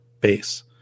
base